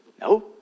No